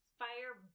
fire